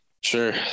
Sure